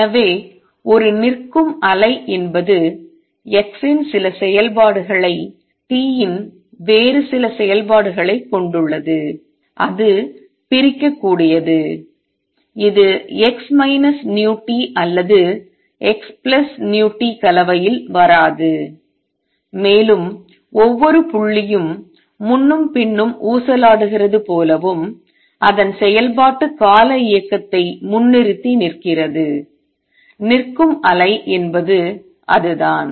எனவே ஒரு நிற்கும் அலை என்பது x இன் சில செயல்பாடுகளை t இன் வேறு சில செயல்பாடுகளைக் கொண்டுள்ளது அது பிரிக்கக்கூடியது இது x vt அல்லது xvt கலவையில் வராது மேலும் ஒவ்வொரு புள்ளியும் முன்னும் பின்னும் ஊசலாடுகிறது போலவும் அதன் செயல்பாட்டு கால இயக்கத்தை முன்னிறுத்தி நிற்கிறது நிற்கும் அலை என்பது அதுதான்